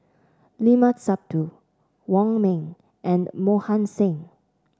Limat Sabtu Wong Ming and Mohan Singh